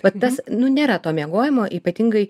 vat tas nu nėra to miegojimo ypatingai